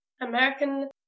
american